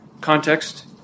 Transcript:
context